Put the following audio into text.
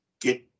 get